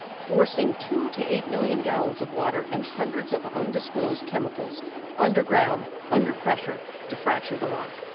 forcing two to eight million gallons of water and hundreds of undisclosed chemicals underground, under pressure, to fracture the rock,